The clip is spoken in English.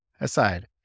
Aside